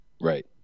Right